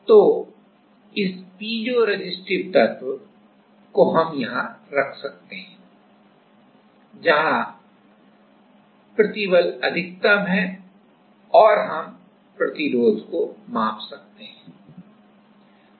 तो इस पीज़ोरेसिस्टिव तत्व को हम यहां रख सकते हैं जहां तनाव अधिकतम है और फिर हम प्रतिरोध को माप सकते हैं